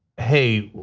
hey,